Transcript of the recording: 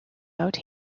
out